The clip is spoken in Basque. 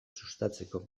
sustatzeko